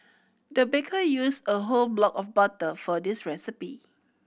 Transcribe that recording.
the baker used a whole block of butter for this recipe